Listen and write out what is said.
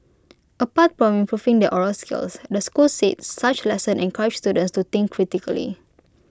apart from improving their oral skills the school said such lesson encourage students to think critically